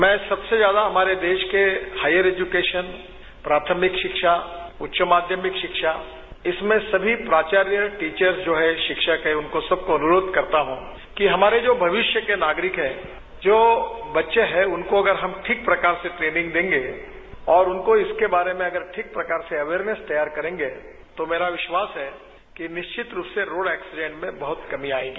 मैं सबसे ज्यादा हमारे देश के हायर एजुकेशन प्राथमिक शिक्षा उच्च माध्यमिक शिक्षा इसमें सभी प्राचार्य टीचर जो हैं शिक्षक हैं उनको सबको अनुरोध करता हूं कि हमारे जो भविष्य के नागरिक हैं जो बच्चे हैं उनको अगर हम ठीक प्रकार से ट्रेनिंग देंगे और उनको इसके बारे में अगर ठीक प्रकार से अवेयरनैस तैयार करेंगे तो मेरा विश्वास है कि निश्चित रूप से रोड़ एक्सीडेंट में बहुत कमी आयेगी